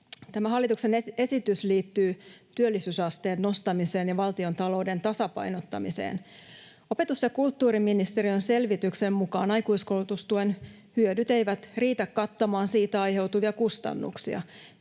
hallituksen esitys liittyy työllisyysasteen nostamiseen ja valtiontalouden tasapainottamiseen. Opetus- ja kulttuuriministeriön selvityksen mukaan aikuiskoulutustuen hyödyt eivät riitä kattamaan siitä aiheutuvia kustannuksia.